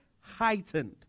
heightened